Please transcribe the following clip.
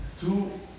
two